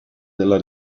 della